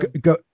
Go